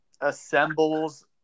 assembles